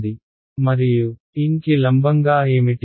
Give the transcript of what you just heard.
మరియు n కి లంబంగా ఏమిటి